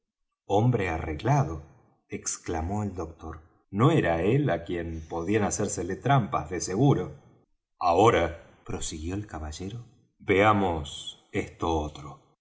hombre arreglado exclamó el doctor no era á él á quien podían hacérsele trampas de seguro ahora prosiguió el caballero veamos esto otro